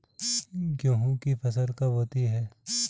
गेहूँ की फसल कब होती है?